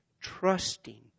trusting